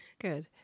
good